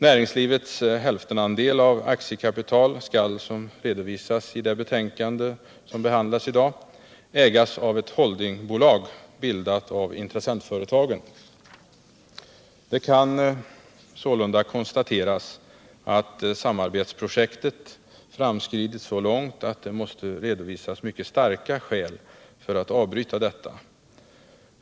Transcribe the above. Näringslivets hälftenandel av aktiekapitalet skall, som redovisas i det betänkande som behandlas i dag, ägas av ett holdingbolag, bildat av intressentföretagen. Det kan sålunda konstateras att samarbetsprojektet framskridit så långt, att det måste redovisas mycket starka skäl för att avbryta detta.